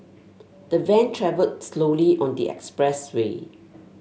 the van travelled slowly on the expressway